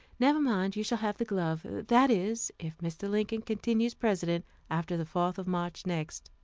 never mind, you shall have the glove that is, if mr. lincoln continues president after the fourth of march next.